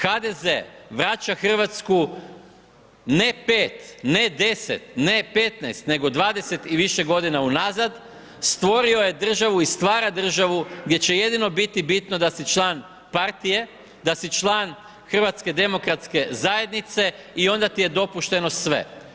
HDZ vraća RH, ne 5, ne 10, ne 15, nego 20 i više godina unazad, stvorio je državu i stvara državu gdje će jedino biti bitno da si član partije, da si član HDZ-a i onda ti je dopušteno sve.